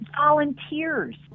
volunteers